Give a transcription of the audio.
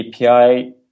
API